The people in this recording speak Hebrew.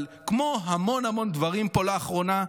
אבל כמו המון המון דברים פה לאחרונה,